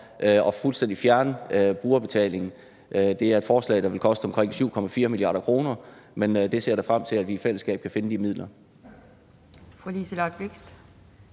om fuldstændig at fjerne brugerbetaling. Det er et forslag, der vil koste omkring 7,4 mia. kr., men jeg ser da frem til, at vi i fællesskab kan finde de midler.